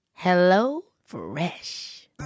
HelloFresh